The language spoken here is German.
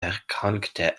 erkrankte